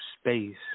space